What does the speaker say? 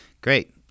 Great